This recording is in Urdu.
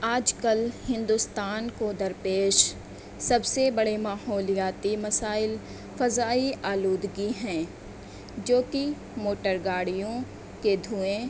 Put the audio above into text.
آج کل ہندوستان کو درپیش سب سے بڑے ماحولیاتی مسائل فضائی آلودگی ہیں جوکہ موٹر گاڑیوں کے دھوئیں